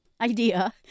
idea